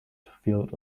field